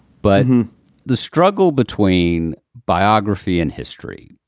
but in the struggle between biography and history,